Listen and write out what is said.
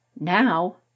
Now